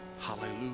hallelujah